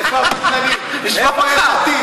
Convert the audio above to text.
איפה הבטלנים, יש עתיד.